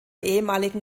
ehemaligen